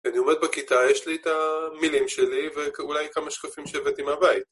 אני עומד בכיתה, יש לי את המילים שלי ואולי כמה שקפים שהבאתי מהבית.